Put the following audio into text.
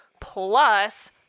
Plus